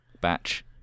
Batch